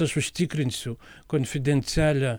aš užtikrinsiu konfidencialią